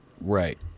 Right